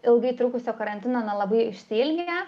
ilgai trukusio karantino na labai išsiilgę